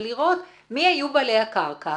ולראות מי היו בעלי הקרקע